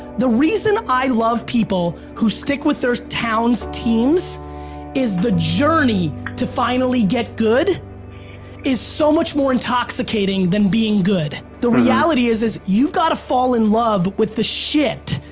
the reason i love people who stick with their town's teams is the journey to finally get good is so much more intoxicating than being good the reality is, you've got to fall in love with the shit.